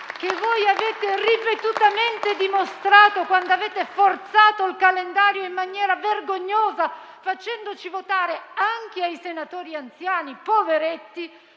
che avete ripetutamente dimostrato quando avete forzato il calendario dei lavori in maniera vergognosa, facendo votare anche ai senatori anziani - poveretti